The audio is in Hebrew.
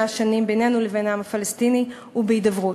שנים בינינו לבין העם הפלסטיני הוא בהידברות,